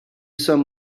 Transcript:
some